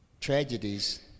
tragedies